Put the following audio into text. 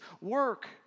work